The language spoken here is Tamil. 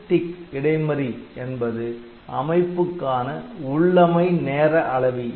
SysTick இடைமறி என்பது அமைப்புக்கான உள்ளமை நேர அளவி